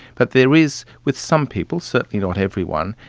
but there is with some people, certainly not everyone,